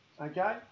Okay